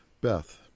Beth